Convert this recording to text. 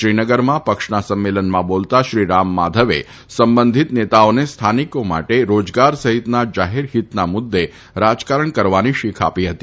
શ્રીનગરમાં પક્ષના સંમેલનમાં બોલતા શ્રી રામ માધવે સંબંધીત નેતાઓને સ્થાનિકો માટે રોજગાર સહિત જાહેર હિતના મુદ્દે રાજકારણ કરવાની શીખ આપી હતી